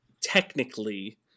technically